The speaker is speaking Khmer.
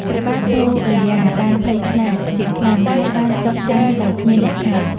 ព្រះបាទសូរិយាបានភ័យខ្លាចជាខ្លាំង ហើយបានចុះចាញ់ដោយគ្មានលក្ខខណ្ឌ។